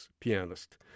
pianist